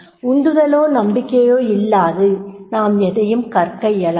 உந்துதலோ நம்பிக்கையோ இல்லாது நாம் எதையும் கற்க இயலாது